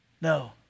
No